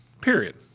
Period